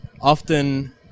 often